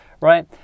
right